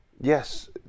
Yes